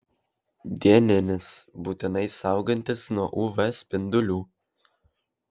dieninis būtinai saugantis nuo uv spindulių